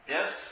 Yes